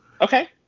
okay